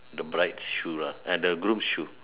the bride's shoe lah ah the groom's shoe